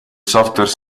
software